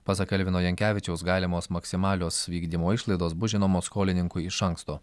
pasak elvino jankevičiaus galimos maksimalios vykdymo išlaidos bus žinomos skolininkui iš anksto